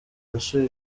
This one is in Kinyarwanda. yasuye